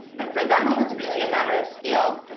and for them, it was really a matter of scale,